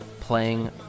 playing